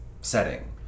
setting